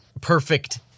perfect